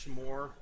more